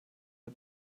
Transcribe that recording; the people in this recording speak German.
der